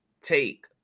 take